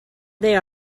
they